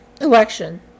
election